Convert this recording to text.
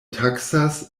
taksas